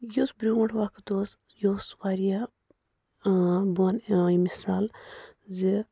یُس برٛوٗنٛٹھ وَقت اوس یہِ اوس واریاہ بہٕ وَنہٕ مِثال زِ